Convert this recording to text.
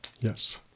Yes